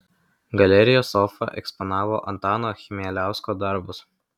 galerija sofa eksponavo antano chmieliausko darbus